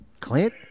Clint